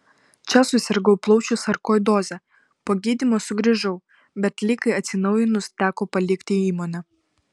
čia susirgau plaučių sarkoidoze po gydymo sugrįžau bet ligai atsinaujinus teko palikti įmonę